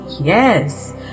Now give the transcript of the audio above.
yes